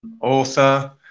author